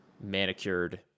manicured